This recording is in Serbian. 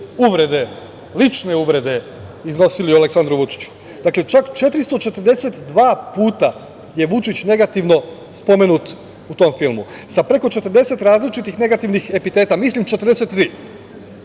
uvrede, lične uvrede iznosili o Aleksandru Vučiću. Dakle, čak 442 puta je Vučić negativno spomenut u tom filmu sa preko 40 različitih negativnih epiteta, mislim čak